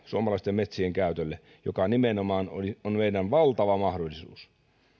suomalaisten metsien käytölle joka nimenomaan on meidän valtava mahdollisuus